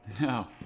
No